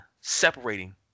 separating